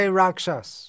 rakshas